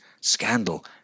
scandal